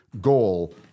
goal